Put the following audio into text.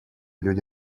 люди